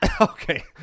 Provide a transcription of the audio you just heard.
Okay